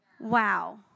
Wow